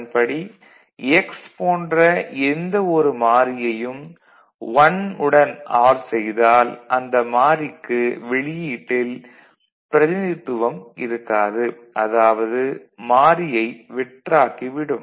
அதன்படி x போன்ற எந்த ஒரு மாறியையும் 1 உடன் ஆர் செய்தால் அந்த மாறிக்கு வெளியீட்டில் பிரதிநிதித்துவம் இருக்காது அதாவது மாறியை வெற்றாக்கி விடும்